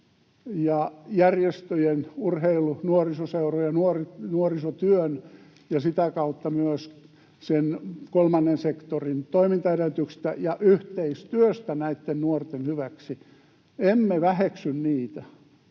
koulujen, urheiluseurojen ja nuorisotyön järjestöjen ja sitä kautta kolmannen sektorin toimintaedellytykset ja yhteistyö näitten nuorten hyväksi. Emme väheksy niitä.